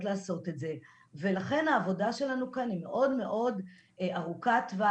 לעשות את זה ולכן העבודה שלנו כאן היא מאוד מאוד ארוכת טווח,